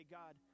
god